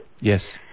Yes